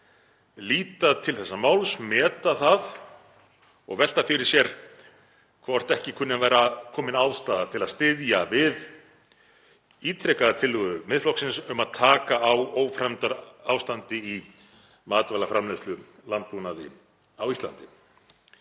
líta til þessa máls, meta það og velta fyrir sér hvort ekki kunni að vera komin ástæða til að styðja við ítrekaða tillögu Miðflokksins um að taka á ófremdarástandi í matvælaframleiðslu og landbúnaði á Íslandi.